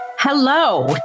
Hello